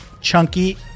chunky